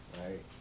right